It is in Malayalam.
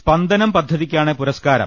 സ്പന്ദനം പദ്ധതിക്കാണ് പുരസ്കാരം